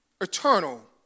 eternal